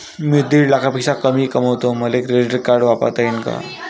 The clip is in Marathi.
मी दीड लाखापेक्षा कमी कमवतो, मले क्रेडिट कार्ड वापरता येईन का?